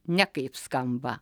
nekaip skamba